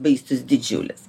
baisus didžiulis